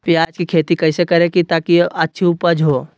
प्याज की खेती कैसे करें ताकि अच्छी उपज हो?